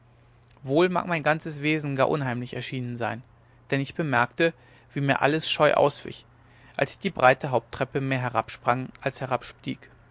wohl mag mein ganzes wesen gar unheimlich erschienen sein denn ich bemerkte wie mir alles scheu auswich als ich die breite haupttreppe mehr herabsprang als